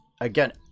Again